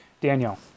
Daniel